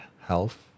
health